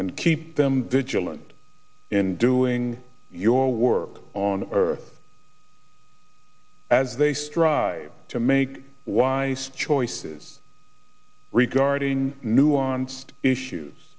and keep them vigilant in doing your work on earth as they strive to make wise choices regarding nuanced issues